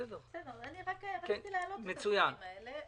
בסדר, רק רציתי להעלות את הדברים האלה.